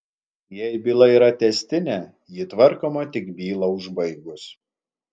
jei byla yra tęstinė ji tvarkoma tik bylą užbaigus